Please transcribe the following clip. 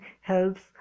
helps